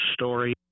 story